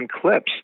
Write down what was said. clips